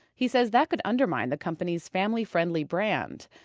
he says that could undermine the company's family-friendly brand.